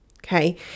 Okay